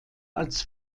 als